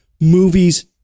movies